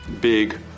Big